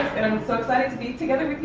so excited to be together